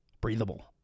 breathable